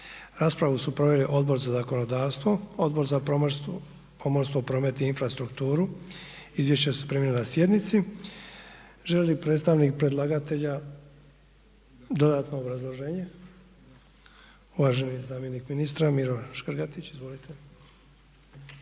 Raspravu su proveli Odbor za zakonodavstvo i Odbor za pomorstvo, promet i infrastrukturu. Njihova izvješća primili ste na sjednici. Želi li predstavnik predlagatelja dodatno obrazložiti prijedlog? Da. Uvaženi Miro Škrgatić, zamjenik